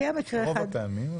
רוב הפעמים,